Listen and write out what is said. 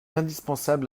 indispensable